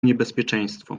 niebezpieczeństwo